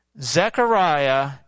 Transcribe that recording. Zechariah